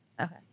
Okay